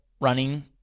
Running